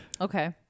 Okay